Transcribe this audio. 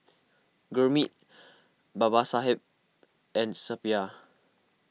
Gurmeet Babasaheb and Suppiah